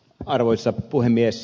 arvoisa puhemies